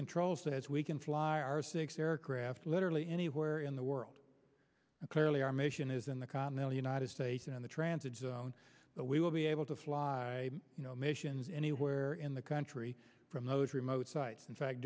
control says we can fly our six aircraft literally anywhere in the world clearly our mission is in the continental united states in the transit zone but we will be able to fly missions anywhere in the country from those remote sites in fact